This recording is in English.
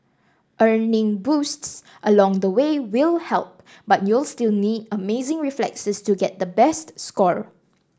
earning boosts along the way will help but you'll still need amazing reflexes to get the best score